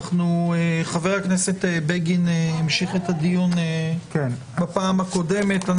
חבר הכנסת בגין המשיך את הדיון בפעם הקודמת.